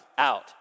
out